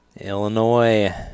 Illinois